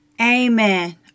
Amen